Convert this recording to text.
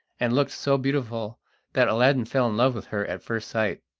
and looked so beautiful that aladdin fell in love with her at first sight.